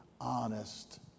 honest